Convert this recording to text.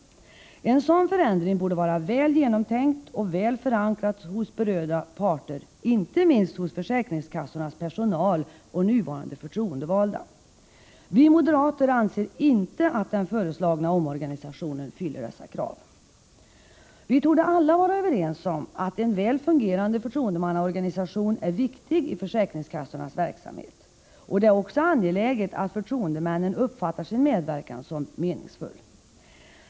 En sådan förändring borde vara väl genomtänkt och väl förankrad hos berörda parter, inte minst hos försäkringskassornas personal och nuvarande förtroendevalda. Vi moderater anser inte att den föreslagna omorganisationen fyller dessa krav. Vi torde alla vara överens om att en väl fungerande förtroendemannaorganisation är viktig i försäkringskassornas verksamhet, och det är också angeläget att förtroendemännen uppfattar sin medverkan som meningsfull.